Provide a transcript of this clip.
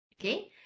Okay